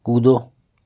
कूदो